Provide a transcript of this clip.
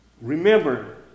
Remember